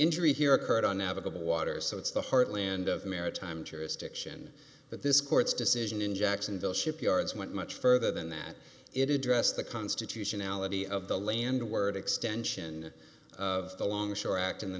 injury here occurred on navigable waters so it's the heartland of maritime jurisdiction but this court's decision in jacksonville shipyards went much further than that it is addressed the constitutionality of the land the word extension of the longshore act in the